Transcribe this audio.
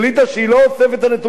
חבר הכנסת איתן כבל,